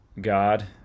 God